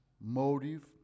motive